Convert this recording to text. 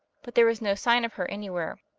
but there was no sign of her anywhere.